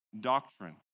doctrine